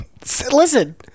Listen